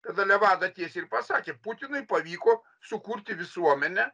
kada levada tiesiai ir pasakė putinui pavyko sukurti visuomenę